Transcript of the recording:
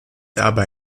aber